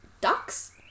ducks